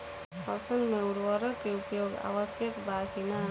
फसल में उर्वरक के उपयोग आवश्यक बा कि न?